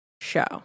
show